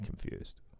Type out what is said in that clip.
confused